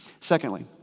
Secondly